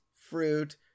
fruit